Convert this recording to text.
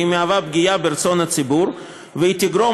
יש בה פגיעה ברצון הציבור והיא תגרום